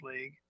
league